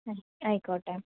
ആയിക്കോട്ടെ